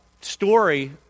story